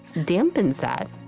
dampens that